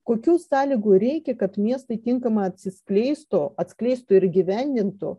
kokių sąlygų reikia kad miestai tinkamai atsiskleistų atskleistų ir įgyvendintų